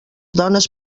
dones